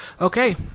Okay